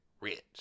rich